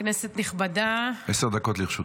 כנסת נכבדה --- עשר דקות לרשותך,